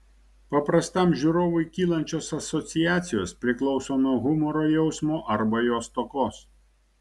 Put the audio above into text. paprastam žiūrovui kylančios asociacijos priklauso nuo humoro jausmo arba jo stokos